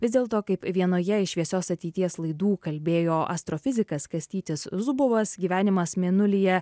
vis dėlto kaip vienoje iš šviesios ateities laidų kalbėjo astrofizikas kastytis zubovas gyvenimas mėnulyje